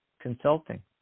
consulting